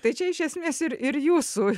tai čia iš esmės ir ir jūsų